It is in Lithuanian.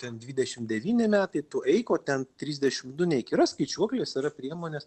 ten dvidešim devyni metai tu eik o ten trisdešim du neik yra skaičiuoklės yra priemonės